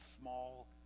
small